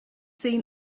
seen